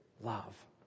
love